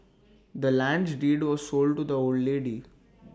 the land's deed was sold to the old lady